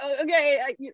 Okay